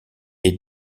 est